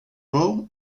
vaux